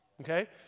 okay